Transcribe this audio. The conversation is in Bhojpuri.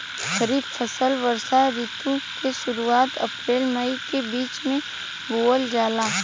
खरीफ फसल वषोॅ ऋतु के शुरुआत, अपृल मई के बीच में बोवल जाला